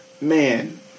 man